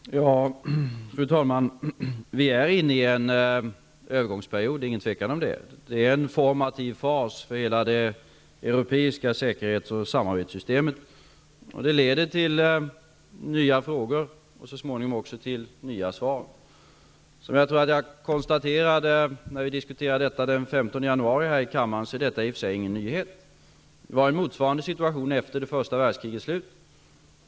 Fru talman! Vi är inne i en övergångsperiod -- det är inget tvivel om det. Det är en formativ fas för hela det europeiska säkerhets och samarbetssystemet, och det leder till nya frågor och så småningom också till nya svar. Som jag konstaterade när vi den 15 januari diskuterade detta här i kammaren är detta i och för sig ingen nyhet. Det var en motsvarande situation efter första världskrigets slut.